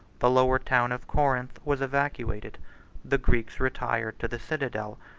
the lower town of corinth was evacuated the greeks retired to the citadel,